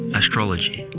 astrology